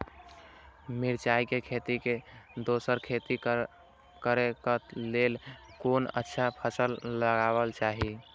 मिरचाई के खेती मे दोसर खेती करे क लेल कोन अच्छा फसल लगवाक चाहिँ?